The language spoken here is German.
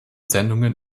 sendungen